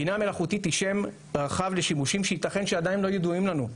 בינה מלאכותית היא שם רחב לשימושים שייתכן שעדיין לא ידועים לנו.